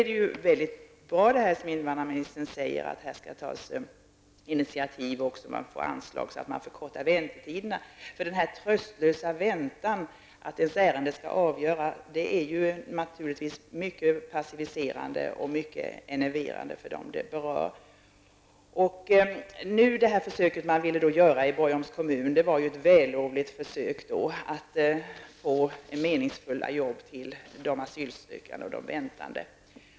Det är bra att invandrarministern i sitt svar säger, att här skall tas initiativ för att få anslag för att kunna förkorta väntetiderna. Den tröstlösa väntan medan ens ärende skall avgöras är naturligtvis mycket passiviserande och enerverande. Det försök man ville göra i Borgholms kommun var ett vällovligt försök att få meningsfulla arbeten för asylsökande under väntetiden.